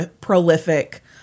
prolific